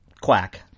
quack